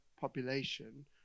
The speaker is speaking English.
population